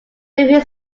leaving